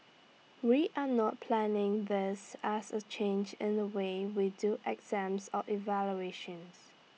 we are not planning this as A change in the way we do exams or evaluations